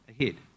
ahead